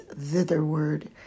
thitherward